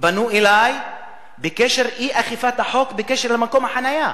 פנו אלי בקשר לאי-אכיפת החוק בקשר למקום החנייה,